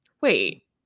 Wait